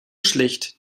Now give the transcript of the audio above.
schlecht